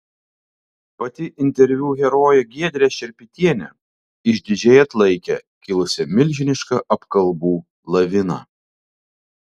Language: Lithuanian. pati interviu herojė giedrė šerpytienė išdidžiai atlaikė kilusią milžinišką apkalbų laviną